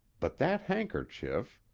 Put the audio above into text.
but that handkerchief